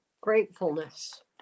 gratefulness